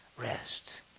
rest